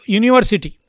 university